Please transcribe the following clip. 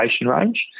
range